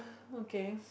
okay